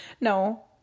No